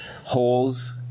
holes